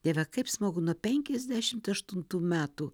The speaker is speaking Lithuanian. dieve kaip smagu nuo penkiasdešimt aštuntų metų